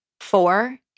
Four